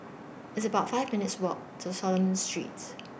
It's about five minutes' Walk to Solomon Streets